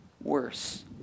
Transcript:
worse